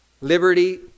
Liberty